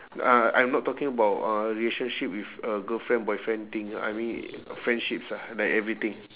ah I'm not talking about a relationship with a girlfriend boyfriend thing I mean friendships ah like everything